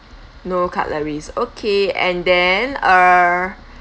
no cutleries okay and then err